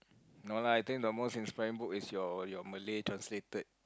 no lah I think the most inspiring book is your Malay translated